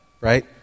right